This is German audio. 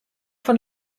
von